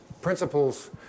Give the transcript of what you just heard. principles